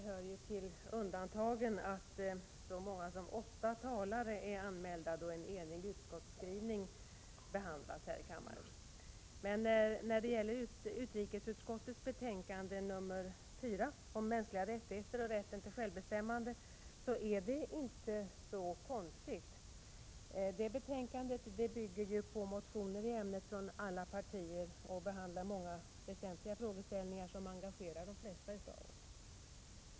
Herr talman! Det hör ju till ovanligheterna att åtta talare är anmälda då en enig utskottsskrivning behandlas i kammaren. När det gäller utrikesutskottets betänkande nr 4 om mänskliga rättigheter och rätten till självbestämmande är det emellertid inte så konstigt. Betänkandet bygger ju på motioner från alla partier och behandlar många väsentliga frågeställningar, som engagerar de flesta av oss.